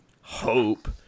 hope